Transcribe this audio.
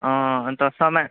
अन्त सामान